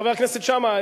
חבר הכנסת שאמה,